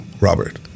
Robert